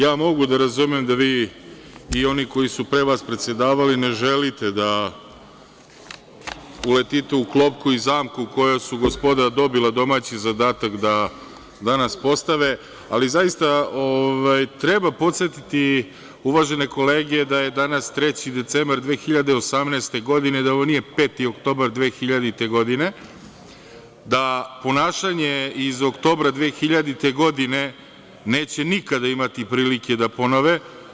Ja mogu da razumem da vi, i oni koji su pre vas predsedavali, ne želite da uletite u klopku i zamku, koja su gospoda dobila domaći zadatak da danas postave, ali zaista treba podsetiti uvažene kolege da je danas 3. decembar 2018. godine, da ovo nije 5. oktobar 2000. godine, da ponašanje iz oktobra 2000. godine neće nikada imati prilike da ponove.